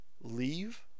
leave